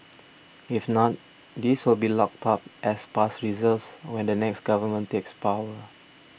if not these will be locked up as past reserves when the next government takes power